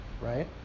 Right